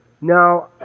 Now